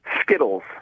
Skittles